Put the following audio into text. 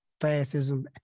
fascism